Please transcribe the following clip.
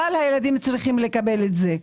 כלל הילדים צריכים לקבל את זה.